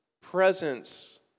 presence